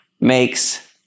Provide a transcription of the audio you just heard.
makes